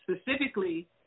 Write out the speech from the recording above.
specifically